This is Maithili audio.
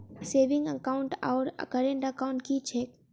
सेविंग एकाउन्ट आओर करेन्ट एकाउन्ट की छैक?